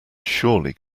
surely